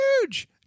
Huge